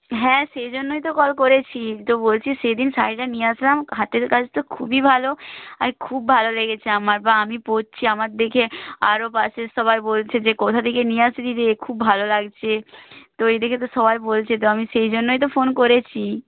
হ্যাঁ সেই জন্যই তো কল করেছি তো বলছি সেদিন শাড়িটা নিয়ে আসলাম হাতের কাজ তো খুবই ভালো আর খুব ভালো লেগেছে আমার বা আমি পরছি আমার দেখে আরও পাশের সবাই বলছে যে কোথা থেকে নিয়ে আসলি রে খুব ভালো লাগছে তো এই দেখে তো সবাই বলছে তো আমি সেই জন্যই তো ফোন করেছি